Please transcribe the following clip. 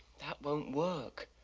that won't work.